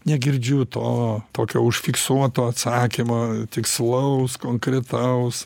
negirdžiu to tokio užfiksuoto atsakymo tikslaus konkretaus